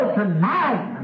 tonight